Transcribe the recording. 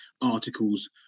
articles